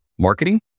Marketing